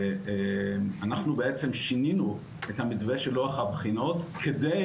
אנחנו בעצם שינינו את המתווה של לוח הבחינות כדי